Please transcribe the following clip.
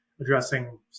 addressing